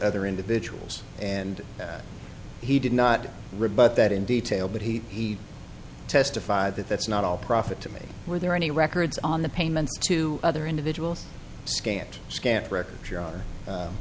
other individuals and that he did not rebut that in detail but he testified that that's not all profit to me were there any records on the payments to other individuals scant